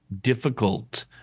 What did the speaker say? difficult